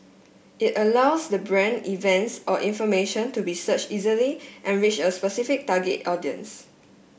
it allows the brand events or information to be searched easily and reach a specific target audience